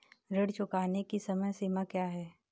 ऋण चुकाने की समय सीमा क्या है?